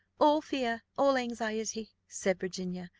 all fear, all anxiety, said virginia,